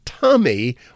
tummy